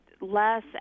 less